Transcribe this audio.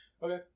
Okay